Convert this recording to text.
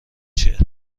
چیه